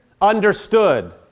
understood